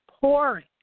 Pouring